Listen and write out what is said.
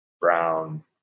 brown